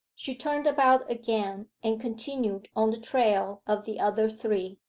she turned about again, and continued on the trail of the other three.